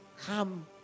come